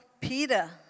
Peter